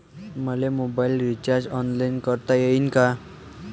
मले mobile recharge online करता येईन का?